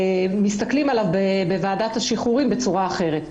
מסתכלים עליו בוועדת השחרורים בצורה אחרת.